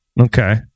Okay